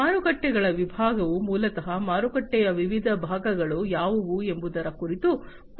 ಮಾರುಕಟ್ಟೆಗಳ ವಿಭಾಗವು ಮೂಲತಃ ಮಾರುಕಟ್ಟೆಯ ವಿವಿಧ ವಿಭಾಗಗಳು ಯಾವುವು ಎಂಬುದರ ಕುರಿತು ಮಾತನಾಡುತ್ತದೆ